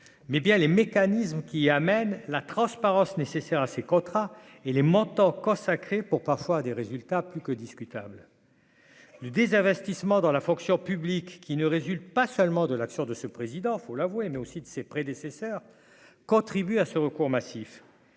mais bien les mécanismes qui amène la transparence nécessaire à ces contrats et les montants consacrés pour parfois des résultats plus que discutable le désinvestissement dans la fonction publique qui ne résulte pas seulement de l'action de ce président, il faut l'avouer, mais aussi de ses prédécesseurs, contribue à ce recours massif,